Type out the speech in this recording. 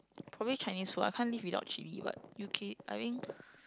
probably Chinese food I can't live without chilli but U_K I think